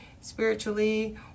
spiritually